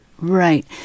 right